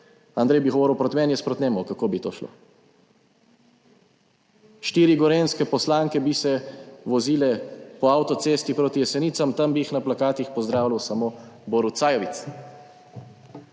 Andrej bi govoril proti meni, jaz proti njemu ali kako bi to šlo? Štiri gorenjske poslanke bi se vozile po avtocesti proti Jesenicam, tam bi jih na plakatih pozdravljal samo Borut Sajovic.